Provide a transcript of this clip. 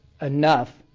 enough